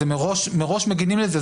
אבל מראש מגנים על זה.